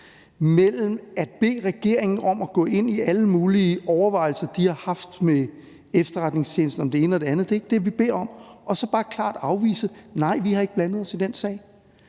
mellem det at bede regeringen om at gå ind i alle mulige overvejelser, de har haft med efterretningstjenesten om det ene og det andet – det er ikke det, vi beder om – og det, at de bare klart afviser det og siger: Nej, vi har ikke blandet os i den sag.